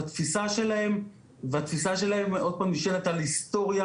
התפיסה שלהם שוב נשענת על היסטוריה,